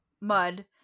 mud